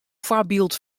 foarbyld